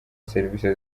serivisi